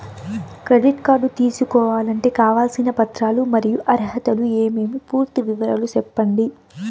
Credit card తీసుకోవాలంటే కావాల్సిన పత్రాలు మరియు అర్హతలు ఏమేమి పూర్తి వివరాలు సెప్పండి?